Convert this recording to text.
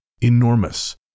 enormous